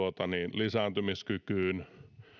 lisääntymiskykyyn